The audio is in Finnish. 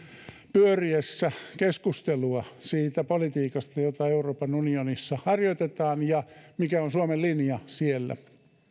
pyöriessä keskustelua siitä politiikasta jota euroopan unionissa harjoitetaan ja siitä mikä on suomen linja siellä